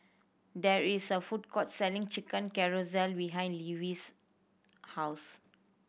there is a food court selling Chicken Casserole behind Levi's house